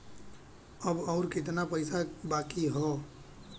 अब अउर कितना पईसा बाकी हव?